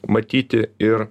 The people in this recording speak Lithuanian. matyti ir